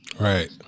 right